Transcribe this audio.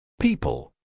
People